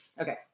okay